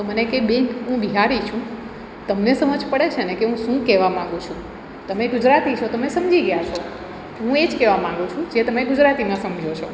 તો મને કે બેન હું બિહારી છું તમને સમજ પડે છે ને કે હું શું કહેવા માગું છું તમે ગુજરાતી છો તમે સમજી ગયા છો હું એ જ કહેવા માગું છું જે તમે ગુજરાતીમાં સમજો છો